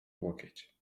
łokieć